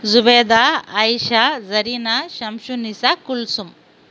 Zubaida Ayesha Zarina Shamsunisha Kulsum